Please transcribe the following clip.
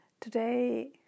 Today